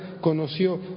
conoció